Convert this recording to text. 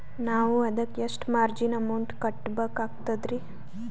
ನಾವು ಅದಕ್ಕ ಎಷ್ಟ ಮಾರ್ಜಿನ ಅಮೌಂಟ್ ಕಟ್ಟಬಕಾಗ್ತದ್ರಿ?